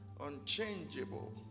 Unchangeable